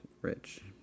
rich